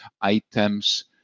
items